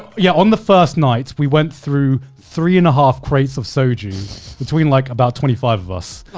yeah. on the first night, we went through three and a half crates of soju between like about twenty five of us.